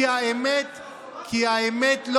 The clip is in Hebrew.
כי האמת לא